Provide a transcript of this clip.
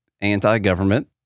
anti-government